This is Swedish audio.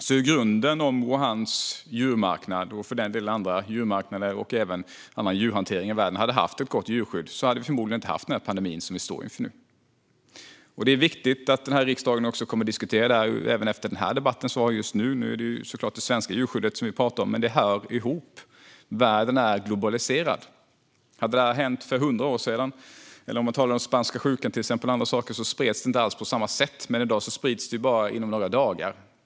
I grunden är det så att om Wuhans djurmarknad - och för den delen andra djurmarknader och annan djurhantering i världen - hade haft ett gott djurskydd hade vi förmodligen inte haft den pandemi som vi nu står inför. Det är viktigt att riksdagen diskuterar detta även efter den debatt vi har just nu. Nu är det såklart det svenska djurskyddet vi talar om, men dessa saker hör ihop. Världen är globaliserad. Hade detta hänt för 100 år sedan - eller om det till exempel hade gällt spanska sjukan - hade det inte alls spridits på samma sätt, men i dag sprids det inom bara några dagar.